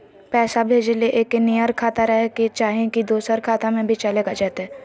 पैसा भेजे ले एके नियर खाता रहे के चाही की दोसर खाता में भी चलेगा जयते?